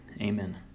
Amen